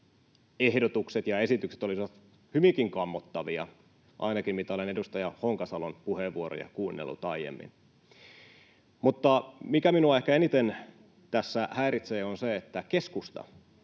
ehdotukset ja esitykset olisivat hyvinkin kammottavia — ainakin mitä olen edustaja Honkasalon puheenvuoroja kuunnellut aiemmin. Se, mikä minua ehkä eniten tässä häiritsee, on se, että keskustasta